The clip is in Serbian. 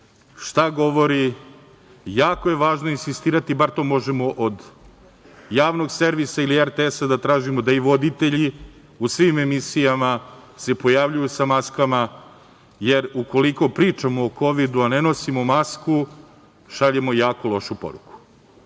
šta govori, jako je važno insistirati, bar to možemo od Javnog servisa ili RTS-a, da tražimo da i voditelji u svim emisijama se pojavljuju sa maskama, jer ukoliko pričamo o Kovidu, a ne nosimo masku, šaljemo jaku lošu poruku. Da